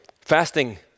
Fasting